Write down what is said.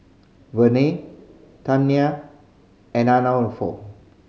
Vernelle Tamia and Arnulfo